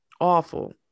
awful